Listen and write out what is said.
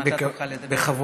בבקשה.